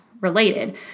related